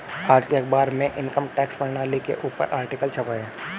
आज के अखबार में इनकम टैक्स प्रणाली के ऊपर आर्टिकल छपा है